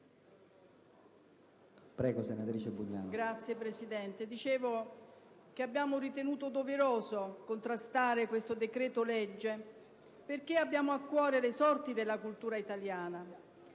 signor Presidente. Dicevo che abbiamo ritenuto doveroso contrastare questo decreto‑legge perché abbiamo a cuore le sorti della cultura italiana,